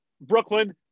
Brooklyn